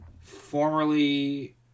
formerly